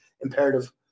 imperative